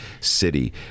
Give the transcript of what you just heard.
City